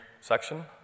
section